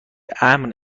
امن